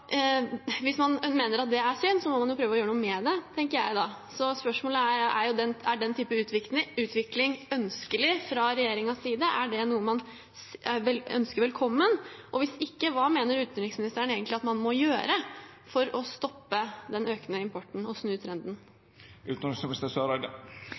Hvis man mener at det er synd, må man jo prøve å gjøre noe med det, tenker jeg da. Spørsmålet er: Er den typen utvikling ønskelig fra regjeringens side? Er det noe man ønsker velkommen? Hvis ikke: Hva mener utenriksministeren egentlig at man må gjøre for å stoppe den økende importen og snu